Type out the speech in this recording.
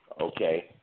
okay